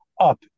up